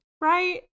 Right